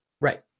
Right